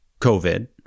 COVID